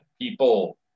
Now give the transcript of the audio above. people